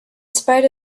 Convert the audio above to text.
spite